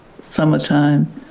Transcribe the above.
summertime